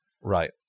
Right